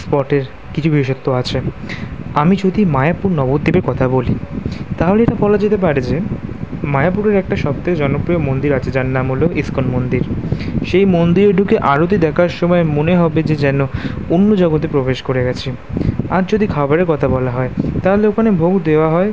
স্পটের কিছু বিশেষত্ব আছে আমি যদি মায়াপুর নবদ্বীপের কথা বলি তাহলে এটা বলা যেতে পারে যে মায়াপুরের একটা সব থেকে জনপ্রিয় মন্দির আছে যার নাম হল ইস্কন মন্দির সেই মন্দিরে ঢুকে আরতি দেখার সময় মনে হবে যে যেন অন্য জগতে প্রবেশ করে গিয়েছি আর যদি খাবারের কথা বলা হয় তাহলে ওখানে ভোগ দেওয়া হয়